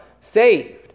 saved